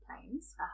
planes